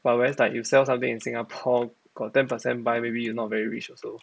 but whereas like you sell something in singapore got ten percent buy maybe you not very rich also